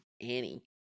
Annie